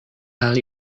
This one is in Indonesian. hal